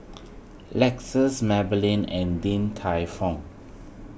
Lexus Maybelline and Din Tai Fung